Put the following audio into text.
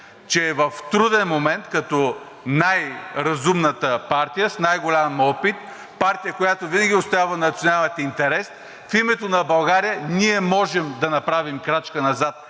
че в труден момент като най-разумната партия, с най-голям опит, партия, която винаги отстоява националните интереси, в името на България ние можем да направим крачка назад